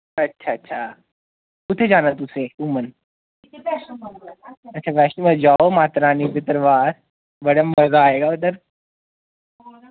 अच्छा अच्छा कुत्थे जाना तुसें घूमन अच्छा वैश्णो माता जाओ माता रानी दे दरवार बड़ा मजा आएगा उद्धर